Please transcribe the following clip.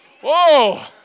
whoa